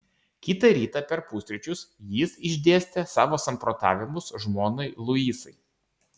kitą rytą per pusryčius jis išdėstė savo samprotavimus žmonai luisai